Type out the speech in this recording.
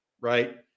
right